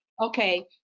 okay